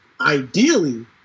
ideally